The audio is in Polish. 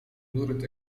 nurt